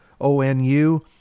ONU